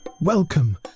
Welcome